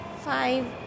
five